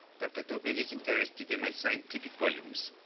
dr. tobel is interested in my scientific volumes.